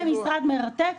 אתה נמצא במשרד מרתק.